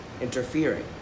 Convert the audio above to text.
interfering